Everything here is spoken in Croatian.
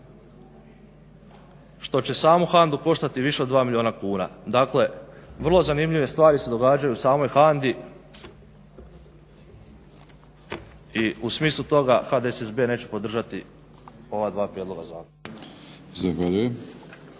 što će samu HANDU koštati više od 2 milijuna kuna. Dakle vrlo zanimljive stvari se događaju u samoj HANDI i u smislu toga HDSSB neće podržati ova dva prijedloga zakona. **Batinić,